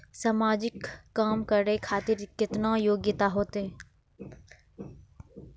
समाजिक काम करें खातिर केतना योग्यता होते?